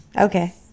Okay